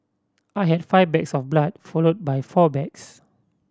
I had five bags of blood followed by four bags